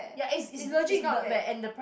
ya it's it's it's not bad and the price